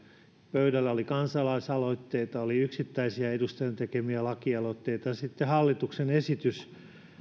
pöydällä oli kansalaisaloitteita oli yksittäisien edustajien tekemiä lakialoitteita ja sitten hallituksen esitys